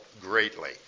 greatly